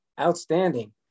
Outstanding